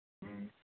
ꯎꯝ